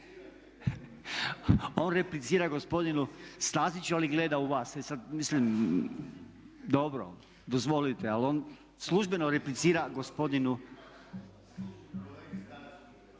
On replicira gospodinu Staziću ali gleda u vas. E sad, mislim dobro dozvolite. Ali on službeno replicira gospodinu